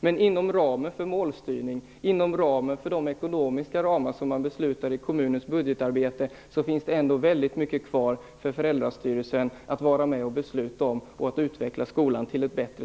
Men inom ramen för målstyrning och inom de ekonomiska ramar som man fattar beslut om i kommunens budgetarbete finns det ändå väldigt mycket kvar för föräldrastyrelsen att vara med och fatta beslut om för att utveckla skolan till det bättre.